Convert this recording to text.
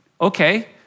okay